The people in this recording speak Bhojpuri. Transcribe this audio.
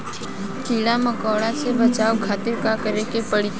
कीड़ा मकोड़ा से बचावे खातिर का करे के पड़ी?